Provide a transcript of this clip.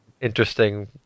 interesting